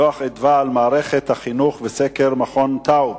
דוח "מרכז אדוה" על מערכת החינוך וסקר מרכז טאוב